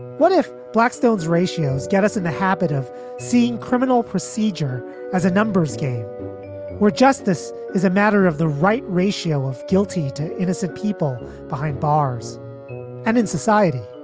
what if blackstones ratios get us in the habit of seeing criminal procedure as a numbers game where justice is a matter of the right ratio of guilty to innocent people behind bars and in society?